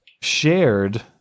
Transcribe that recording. shared